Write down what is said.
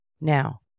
Now